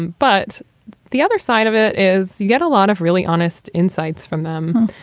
but the other side of it is you get a lot of really honest insights from them.